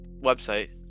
website